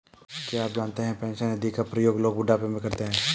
क्या आप जानते है पेंशन निधि का प्रयोग लोग बुढ़ापे में करते है?